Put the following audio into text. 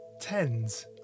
tens